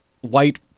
white